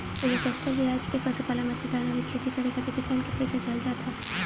एमे सस्ता बेआज पे पशुपालन, मछरी पालन अउरी खेती करे खातिर किसान के पईसा देहल जात ह